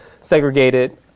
segregated